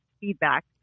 feedback